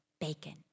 bacon